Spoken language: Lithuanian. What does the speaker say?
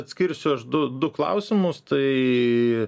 atskirsiu aš du du klausimus tai